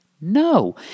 No